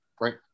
Right